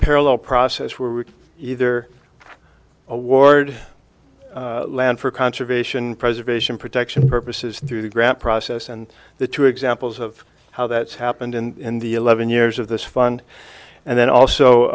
parallel process where we either award land for conservation preservation protection purposes to grap process and the two examples of how that's happened in the eleven years of this fund and then also